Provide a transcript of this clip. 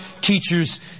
teachers